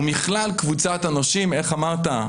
ומכלל קבוצת הנושים איך אמרת?